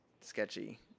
sketchy